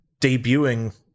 debuting